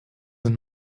sind